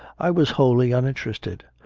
i was wholly uninterested.